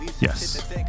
Yes